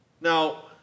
Now